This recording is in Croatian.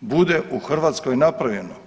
bude u Hrvatskoj napravljeno.